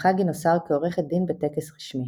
הוסמכה גינוסר כעורכת דין בטקס רשמי.